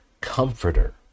comforter